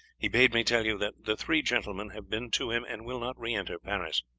he bade me tell you that the three gentlemen have been to him and will not re-enter paris.